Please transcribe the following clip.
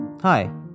Hi